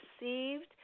received